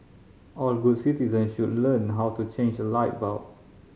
all good citizens should learn how to change a light bulb